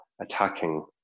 attacking